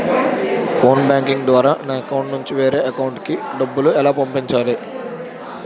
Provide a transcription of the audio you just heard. Phone banking ద్వారా నా account నుంచి వేరే అకౌంట్ లోకి డబ్బులు ఎలా పంపించాలి?